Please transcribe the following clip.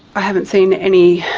i haven't seen any,